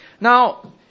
Now